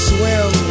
Swim